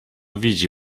widzi